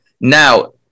Now